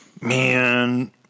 Man